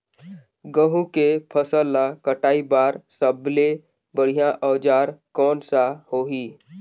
गहूं के फसल ला कटाई बार सबले बढ़िया औजार कोन सा होही?